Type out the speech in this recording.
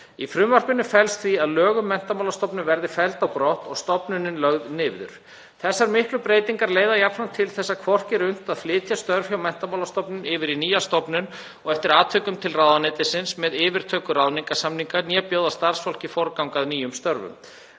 Í frumvarpinu felst því að lög um Menntamálastofnun verða felld brott og stofnunin lögð niður. Þessar miklu breytingar leiða jafnframt til þess að hvorki er unnt að flytja störf hjá Menntamálastofnun yfir í nýja stofnun, og eftir atvikum til ráðuneytisins, með yfirtöku ráðningarsamninga, né bjóða starfsfólki forgang að nýjum störfum.